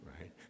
right